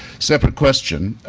separate question,